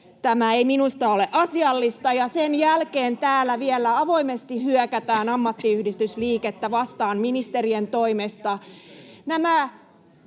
te myöskin kännyköihin?] Sen jälkeen täällä vielä avoimesti hyökätään ammattiyhdistysliikettä vastaan ministerien toimesta.